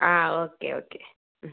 ആ okay okay